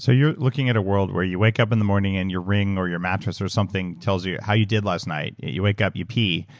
so you're looking at a world where you wake up in the morning, and your ring or your mattress or something tells you how you did last night. you wake up. you pee,